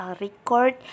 record